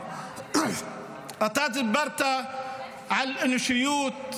אתה דיברת על אנושיות,